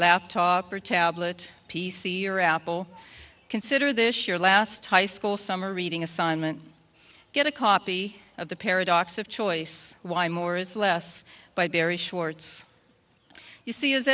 laptop or tablet p c or apple consider this your last high school summer reading assignment get a copy of the paradox of choice why more is less by barry schwartz you see as